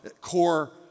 core